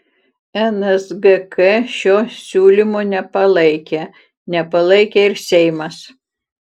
nsgk šio siūlymo nepalaikė nepalaikė ir seimas